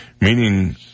meaning